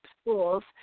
schools